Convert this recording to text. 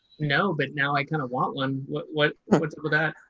no, but now i kind of want one. what what was that?